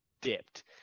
dipped